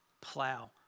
plow